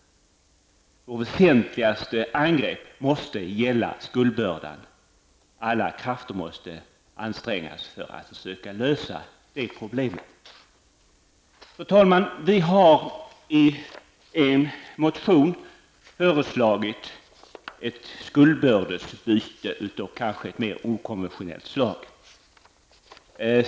Vårt väsentligaste angrepp måste gälla skuldbördan. Alla krafter måste sättas till för att lösa det problemet. Fru talman! Vi har i en motion föreslagit ett skuldbördesbyte av mer okonventionellt slag.